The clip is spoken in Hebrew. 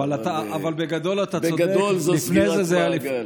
אבל בגדול, אתה צודק, בגדול זו סגירת מעגל.